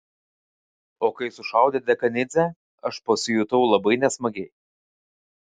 o kai sušaudė dekanidzę aš pasijutau labai nesmagiai